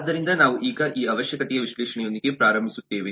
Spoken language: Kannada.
ಆದ್ದರಿಂದ ನಾವು ಈಗ ಈ ಅವಶ್ಯಕತೆಯ ವಿಶ್ಲೇಷಣೆಯೊಂದಿಗೆ ಪ್ರಾರಂಭಿಸುತ್ತೇವೆ